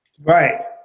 Right